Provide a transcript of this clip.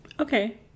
Okay